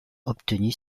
obtenu